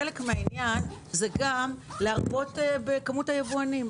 חלק מהעניין הוא גם להרבות בכמות היבואנים.